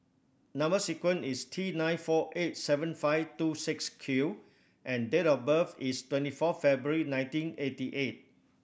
number sequence is T nine four eight seven five two six Q and date of birth is twenty fourth February nineteen eighty eight